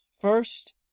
First